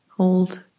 Hold